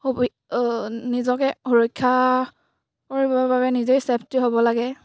নিজকে সুৰক্ষা কৰিবৰ বাবে নিজেই চেফটি হ'ব লাগে